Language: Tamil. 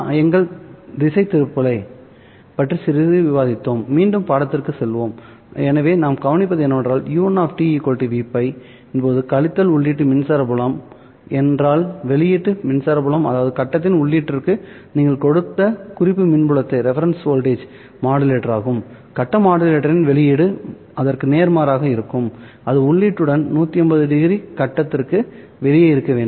எங்கள் திசைதிருப்பலைப் பற்றி சிறிது விவாதித்தோம் மீண்டும் பாடத்திற்கு செல்வோம் எனவே நாம் கவனிப்பது என்னவென்றால் u1 Vπ போது கழித்தல் உள்ளீட்டு மின்சார புலம் என்றால் வெளியீட்டு மின்சார புலம் அதாவது கட்டத்தின் உள்ளீட்டிற்கு நீங்கள் கொடுத்த குறிப்பு மின்னழுத்தம் மாடுலேட்டராகும் கட்ட மாடுலேட்டரின் வெளியீடு அதற்கு நேர்மாறாக இருக்கும் அது உள்ளீட்டுடன் 180ᵒ கட்டத்திற்கு வெளியே இருக்க வேண்டும்